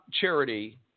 charity